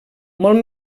molt